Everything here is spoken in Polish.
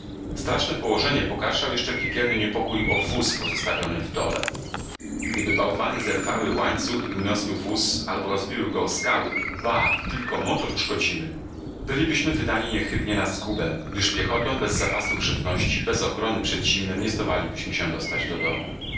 straszne położenie pogarszał jeszcze piekielny niepokój o wóz pozostawiony w dole gdyby bałwany zerwały łańcuch i uniosły wóz albo rozbiły go o skały ba tylko motor uszkodziły bylibyśmy wydani niechybnie na zgubę gdyż piechotą bez zapasów żywności bez ochrony przed zimnem nie zdołalibyśmy się dostać do domu